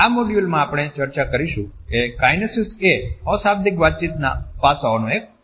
આ મોડ્યુલમાં આપણે ચર્ચા કરીશું કે કાઈનેસીક્સએ અશાબ્દિક વાતચીતના પાસાંઓનો એક ભાગ છે